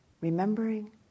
remembering